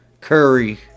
Curry